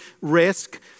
risk